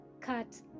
cut